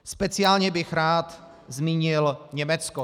Speciálně bych rád zmínil Německo.